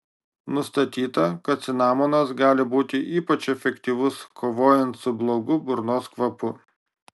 nustatyta kad cinamonas gali būti ypač efektyvus kovojant su blogu burnos kvapu